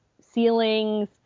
ceilings